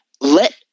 Let